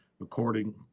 according